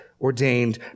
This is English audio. ordained